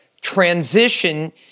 transition